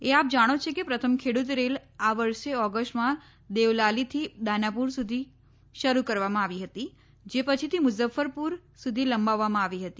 એ આપ જાણી છો કે પ્રથમ ખેડૂત રેલ આ વર્ષે ઓગસ્ટમાં દેવલાલીથી દાનાપુર સુધી શરૂ કરવામાં આવી હતી જે પછીથી મુઝફ્ફરપુર સુધી લંબાવવામાં આવી હતી